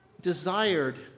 desired